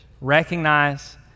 recognize